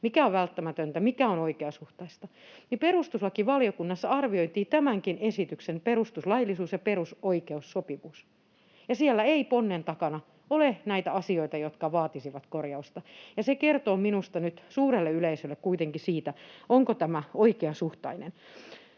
mikä on välttämätöntä, mikä on oikeasuhtaista — että perustuslakivaliokunnassa arvioitiin tämänkin esityksen perustuslaillisuus ja perusoikeussopivuus, ja siellä ei ponnen takana ole asioita, jotka vaatisivat korjausta. Se kuitenkin kertoo minusta nyt suurelle yleisölle siitä, onko tämä oikeasuhtainen.